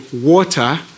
water